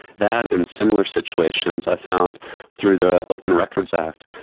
that and similar situations i found through the open records act,